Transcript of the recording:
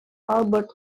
albert